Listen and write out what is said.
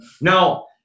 Now